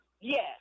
Yes